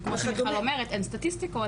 כמו שמיכל בירן אומרת - אין סטטיסטיקות,